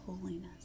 holiness